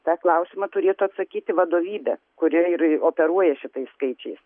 tą klausimą turėtų atsakyti vadovybė kuri ir operuoja šitais skaičiais